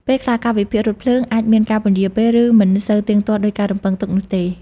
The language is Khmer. ពេលខ្លះ កាលវិភាគរថភ្លើងអាចមានការពន្យារពេល ឬមិនសូវទៀងទាត់ដូចការរំពឹងទុកនោះទេ។